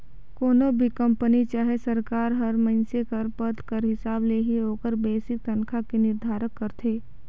कोनो भी कंपनी चहे सरकार हर मइनसे कर पद कर हिसाब ले ही ओकर बेसिक तनखा के निरधारन करथे